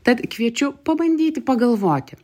tad kviečiu pabandyti pagalvoti